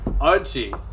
Archie